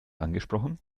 angesprochen